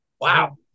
Wow